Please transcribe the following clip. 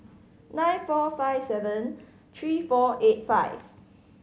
nine four five seven three four eight five